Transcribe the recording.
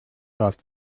thought